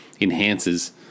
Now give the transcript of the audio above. enhances